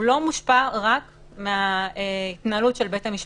לא מושפע רק מההתנהלות של בית המשפט.